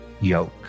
yoke